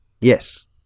Yes